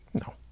no